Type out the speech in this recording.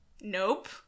Nope